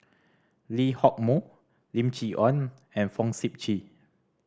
Lee Hock Moh Lim Chee Onn and Fong Sip Chee